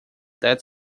that